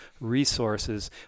resources